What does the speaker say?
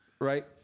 Right